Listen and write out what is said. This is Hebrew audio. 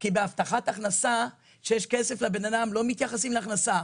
בהבטחת הכנסה, כשיש כסף לאדם, לא מתייחסים להכנסה.